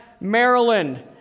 Maryland